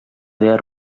dea